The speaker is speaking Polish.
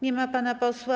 Nie ma pana posła.